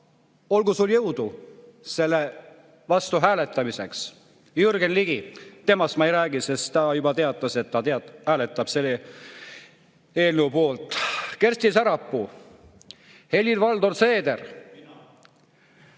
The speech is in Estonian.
olgu sul jõudu selle vastu hääletamiseks! Jürgen Ligi, temast ma ei räägi, sest ta juba teatas, et ta hääletab selle eelnõu poolt. Kersti Sarapuu, Helir-Valdor Seeder ja